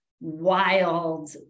wild